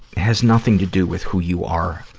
has nothing to do with who you are